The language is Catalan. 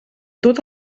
tot